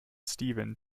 steven